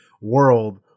world